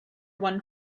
one